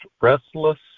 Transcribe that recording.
restless